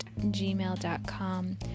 gmail.com